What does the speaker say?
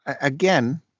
Again